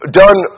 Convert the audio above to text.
done